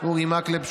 אורי מקלב,